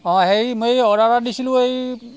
অ' হেৰি মই অৰ্ডাৰ এটা দিছিলো এই